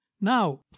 Now